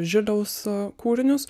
žiliaus kūrinius